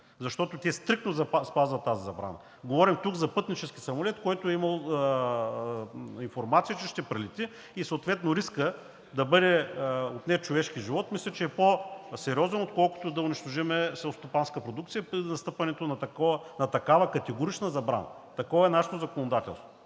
Защото те стриктно спазват тази забрана. Говорим тук за пътнически самолет, за който е имало информация, че ще прелети, и съответно рискът да бъде отнет човешки живот, мисля, че е по-сериозен, отколкото да унищожим селскостопанска продукция предвид настъпването на такава категорична забрана. Такова е нашето законодателство.